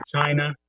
China